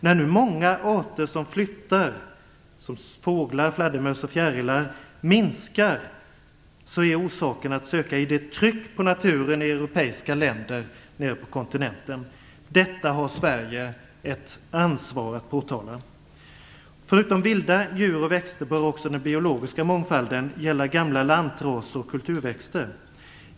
När nu många arter som flyttar - fåglar, fladdermöss och fjärilar - minskar, så är orsaken att söka i det tryck som finns på naturen i europeiska länder nere på kontinenten. Detta har Sverige ett ansvar att påtala. Förutom vilda djur och växter bör också den biologiska mångfalden gälla gamla lantraser och kulturväxter.